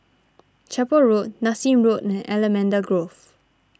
Chapel Road Nassim Road and Allamanda Grove